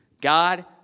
God